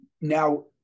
Now